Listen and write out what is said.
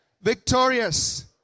victorious